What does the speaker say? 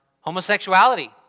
Homosexuality